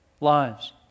lives